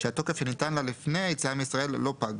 שהתוקף שניתן לה לפני היציאה מישראל לא פג,